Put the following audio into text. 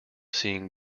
seeing